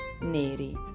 neri